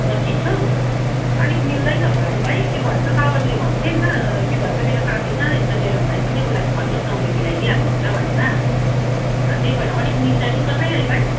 पच्चिस सय आलिक मिल्दैन होला है भाइ के भन्छ सावनले भन्दै थियो नि त के भन्छ मेरो साथी छ यस्तो जेरम भाइ भन्ने उसलाई भन्नुहोस् न उसले मिलाइदिइहाल्नु हुन्छ भनेर अँ त्यही भएर अलिक मिल्छ कि कतै है भाइ